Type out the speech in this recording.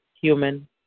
human